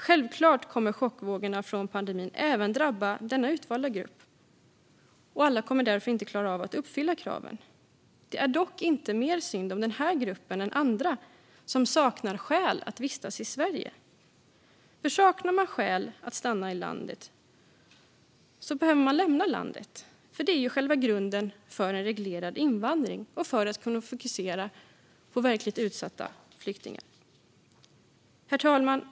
Självklart kommer chockvågorna från pandemin även att drabba denna utvalda grupp, och alla kommer därför inte att klara av att uppfylla kraven. Det är dock inte mer synd om den gruppen än om andra som saknar skäl att vistas i Sverige. Saknar man skäl att stanna i landet behöver man lämna landet. Det är själva grunden för en reglerad invandring och för att man ska kunna fokusera på verkligt utsatta flyktingar. Fru talman!